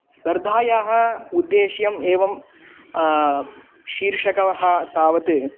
स्पर्धायाः उद्देश्यम् एवं शीर्षकं तावत्